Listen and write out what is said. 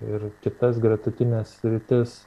ir kitas gretutines sritis